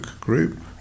group